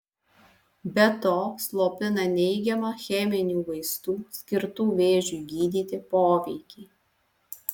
be to slopina neigiamą cheminių vaistų skirtų vėžiui gydyti poveikį